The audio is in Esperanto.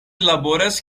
laboras